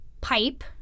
pipe